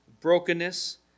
brokenness